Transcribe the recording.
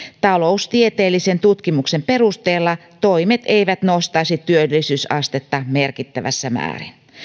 taloustieteellisen tutkimuksen perusteella toimet eivät nostaisi työllisyysastetta merkittävässä määrin